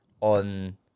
on